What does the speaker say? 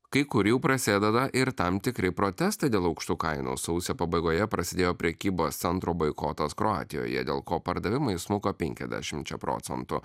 kai kur jau prasideda ir tam tikri protestai dėl aukštų kainų sausio pabaigoje prasidėjo prekybos centro boikotas kroatijoje dėl ko pardavimai smuko penkiasdešimčia procentų